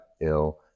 ill